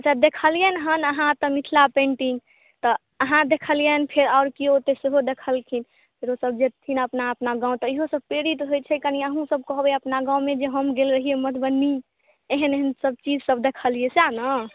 अच्छा देखलियै हन अहाँ तऽ मिथिला पेन्टिंग तऽ अहाँ देखलियै तऽ फेर आओर केओ देखलखिन फेर ओ सभ जेथिन अपना गाँव तऽ इहो सँ प्रेरित होइ छै कनि अहुँ सभ कहबै अपना गाँवमे जे हम गेल रहियै मधुबनी एहन एहन सभ चीज सभ देखलियै सएह ने